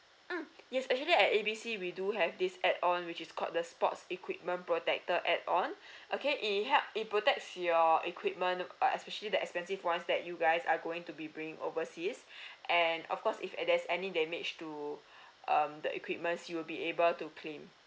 mm yes actually at A B C we do have this add on which is called the sports equipment protector add on okay it help it protects your equipment uh especially the expensive ones that you guys are going to be bringing overseas and of course if there's any damage to um the equipment you'll be able to claim